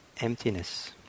emptiness